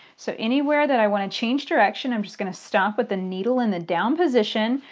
so anywhere that i want to change direction i'm just going to stop with the needle in the down position.